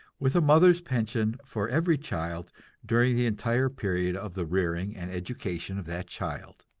with a mother's pension for every child during the entire period of the rearing and education of that child.